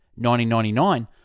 1999